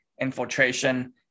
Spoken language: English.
infiltration